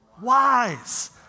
wise